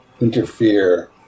interfere